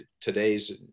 today's